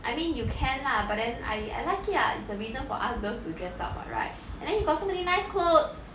I mean you can lah but then I I like it lah it's a reason for us girls to dress up [what] right and then you got so many nice clothes